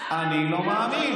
אני לא מאמין.